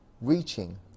reaching